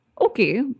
Okay